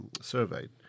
surveyed